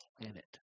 planet